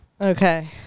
Okay